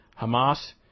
Hamas